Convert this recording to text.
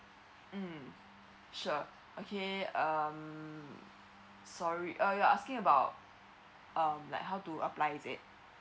mm sure okay um sorry uh you're asking about um like how to apply is it